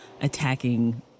attacking